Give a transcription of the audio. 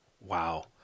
Wow